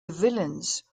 villains